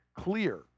clear